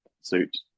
suit